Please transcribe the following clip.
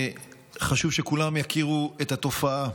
חשוב שכולם יכירו את התופעה.